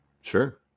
Sure